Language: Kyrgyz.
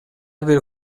бир